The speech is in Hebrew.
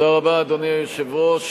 אדוני היושב-ראש,